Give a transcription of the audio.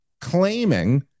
claiming